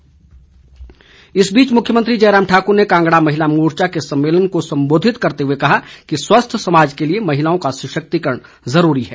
जयराम इस बीच मुख्यमंत्री जयराम ठाक्र ने कांगड़ा महिला मोर्चा के सम्मेलन को सम्बोधित करते हुए कहा कि स्वस्थ समाज के लिए महिलाओं का सशक्तिकरण जरूरी है